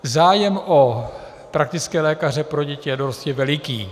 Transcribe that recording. Zájem o praktické lékaře pro děti a dorost je veliký.